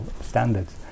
standards